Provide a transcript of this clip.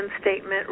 statement